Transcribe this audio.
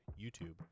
YouTube